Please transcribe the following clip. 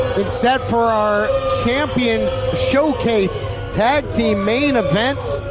it's set for our champions showcase tag team main event.